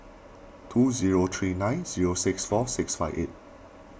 two zero three nine zero six four six five eight